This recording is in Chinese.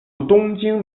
东京